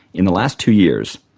in the last two years,